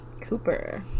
Cooper